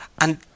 and